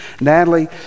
Natalie